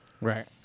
Right